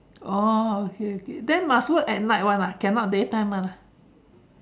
oh okay okay then must work at night [one] ah cannot day time [one] ah